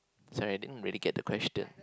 sorry I didn't really get the question